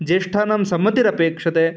ज्येष्ठानां सम्मतिरपेक्षते